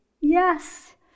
yes